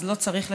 אז לא צריך לתקן,